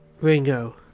Ringo